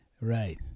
Right